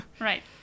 Right